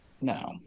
no